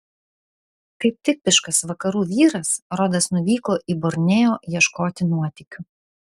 kaip tipiškas vakarų vyras rodas nuvyko į borneo ieškoti nuotykių